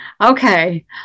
Okay